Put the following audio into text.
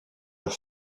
leur